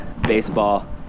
baseball